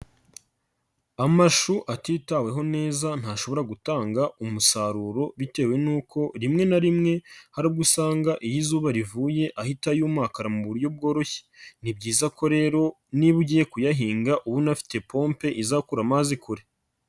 Amashu atitaweho neza ntashobora gutanga umusaruro bitewe nuko rimwe na rimwe hari ubwo usanga iyo izuba rivuye ahita yumakara mu buryo bworoshye. Ni byiza ko rero niba ugiye kuyahinga uba unafite pompe izakura amazi kure.